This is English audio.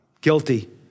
guilty